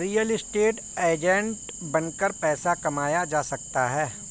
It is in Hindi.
रियल एस्टेट एजेंट बनकर पैसा कमाया जा सकता है